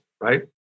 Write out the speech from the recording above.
right